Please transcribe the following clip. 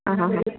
ആ ഹാ ഹാ